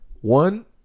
one